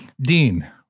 Dean